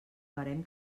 barem